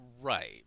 Right